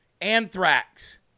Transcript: anthrax